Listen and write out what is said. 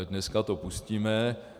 Dneska to pustíme.